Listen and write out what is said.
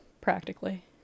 practically